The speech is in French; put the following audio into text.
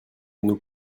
nous